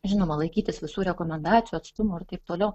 žinoma laikytis visų rekomendacijų atstumo ir taip toliau